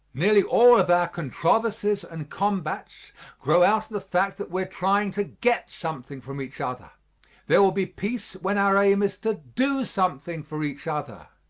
nearly all of our controversies and combats grow out of the fact that we are trying to get something from each other there will be peace when our aim is to do something for each other.